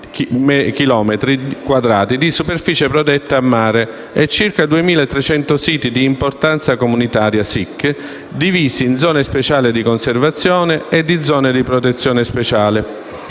di superficie protetta a mare e circa 2.300 siti di importanza comunitaria, divisi in zone speciali di conservazione e in zone di protezione speciale